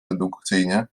dedukcyjnie